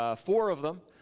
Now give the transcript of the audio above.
ah four of them.